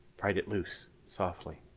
pried it loose softly.